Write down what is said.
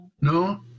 No